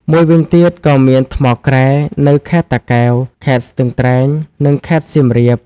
មួយវិញទៀតក៏មានថ្មក្រែ នៅខេត្តតាកែវ ខេត្តស្ទឹងត្រែង និងខេត្តសៀមរាប។